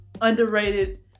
underrated